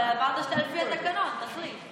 אבל אמרת שאתה לפי התקנון, תחליט.